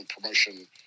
Promotion